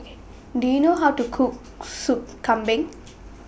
OK Do YOU know How to Cook Sup Kambing